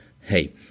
Hey